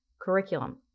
curriculum